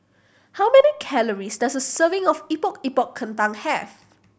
how many calories does a serving of Epok Epok Kentang have